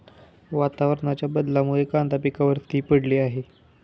वातावरणाच्या बदलामुळे कांदा पिकावर ती पडली आहे